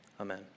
Amen